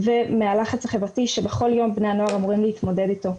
ומהלחץ החברתי שבכל יום בני הנוער אמורים להתמודד איתו.